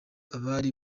abari